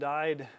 died